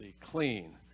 clean